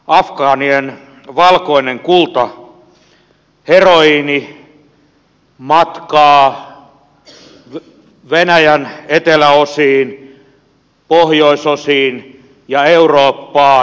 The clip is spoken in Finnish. afgaanien valkoinen kulta heroiini matkaa venäjän eteläosiin pohjoisosiin ja eurooppaan